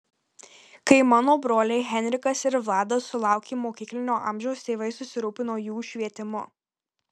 kai mano broliai henrikas ir vladas sulaukė mokyklinio amžiaus tėvai susirūpino jų švietimu